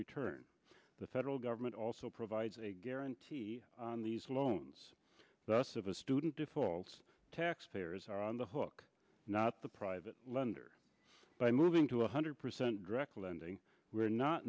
return the federal government also provides a guarantee on these loans the us of a student defaults taxpayers are on the hook not the private lender by moving to one hundred percent directly lending we are not